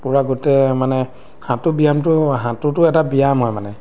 পূৰা গোটেই মানে সাঁতোৰ ব্যায়ামটো সাঁতোৰতো এটা ব্যায়াম হয় মানে